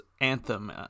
Anthem